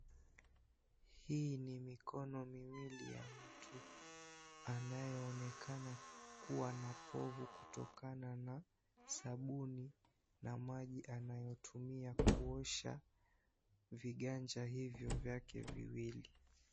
Hii ni mikono miwili ya mtu ambaye anaonekana kuwa na povu kutokana na sabuni na maji anayoitumia kuosha viganja hivyo vyake viwili.